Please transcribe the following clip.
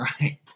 right